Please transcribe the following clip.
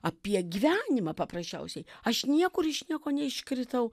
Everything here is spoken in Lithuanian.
apie gyvenimą paprasčiausiai aš niekur iš nieko neiškritau